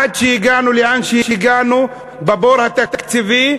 עד שהגענו לאן שהגענו בבור התקציבי,